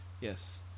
yes